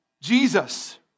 Jesus